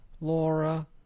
Laura